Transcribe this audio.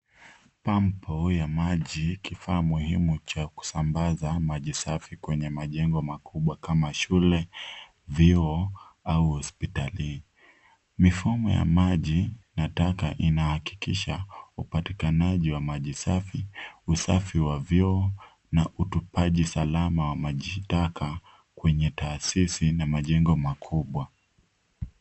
Pampu ya maji, kifaa muhimu ya kusambaza maji safi kwenye majengo makubwa kama shule, vyuo au hospitali. Mifumo ya maji na taka inahakikisha upatikanaji wa maji safi, usafi wa vyoo na utupaji salama wa maji taka kwenye taasisi na majengo makubwa.